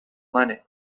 منه